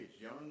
young